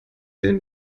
den